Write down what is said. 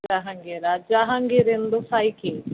ಜಹಂಗೀರಾ ಜಹಂಗೀರ್ ಒಂದು five KG